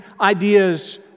ideas